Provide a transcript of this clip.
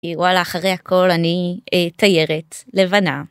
וואלה אחרי הכל אני תיירת לבנה.